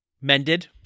mended